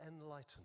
enlightened